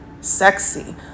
sexy